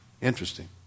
Interesting